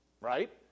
right